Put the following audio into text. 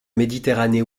méditerranée